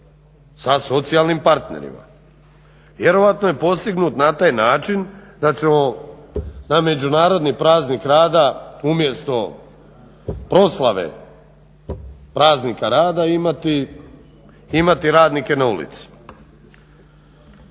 sa socijalnim partnerima. Vjerojatno je postignut na taj način da ćemo na Međunarodni praznik rada umjesto proslave praznika rada imati radnike na ulici.